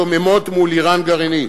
דוממות מול אירן גרעינית.